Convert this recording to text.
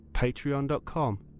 patreon.com